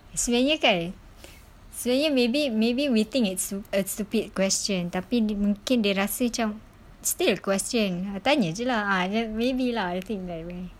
sebenarnya kan sebenarnya maybe maybe we think it's stu~ a stupid question tapi dia mungkin dia rasa cam still a question tanya jer lah maybe lah I think that way